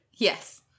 Yes